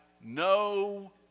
no